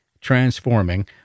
transforming